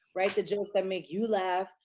write the jokes that make you laugh.